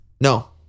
no